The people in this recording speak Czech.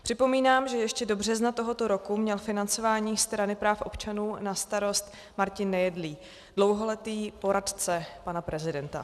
Připomínám, že ještě do března tohoto roku měl financování Strany práv občanů na starost Martin Nejedlý, dlouholetý poradce pana prezidenta.